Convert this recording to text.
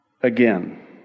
Again